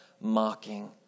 mocking